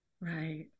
Right